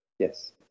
Yes